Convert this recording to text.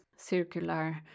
circular